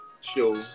show